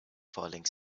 falling